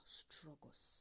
struggles